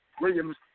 Williams